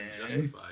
justified